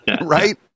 right